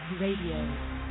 RADIO